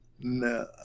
No